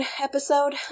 episode